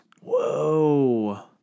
Whoa